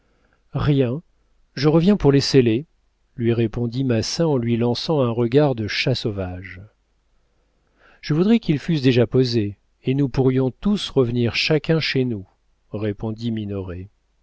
rien je reviens pour les scellés lui répondit massin en lui lançant un regard de chat sauvage je voudrais qu'ils fussent déjà posés et nous pourrions tous revenir chacun chez nous répondit